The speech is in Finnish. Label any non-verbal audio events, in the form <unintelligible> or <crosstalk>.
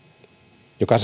joka <unintelligible>